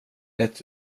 ett